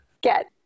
get